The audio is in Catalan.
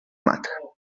mata